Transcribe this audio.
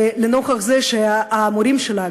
לנוכח זה שהמורים שלה,